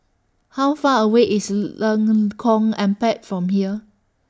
How Far away IS Lengkong Empat from here